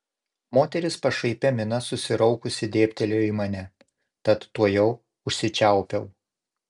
moteris pašaipia mina susiraukusi dėbtelėjo į mane tad tuojau užsičiaupiau